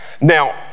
Now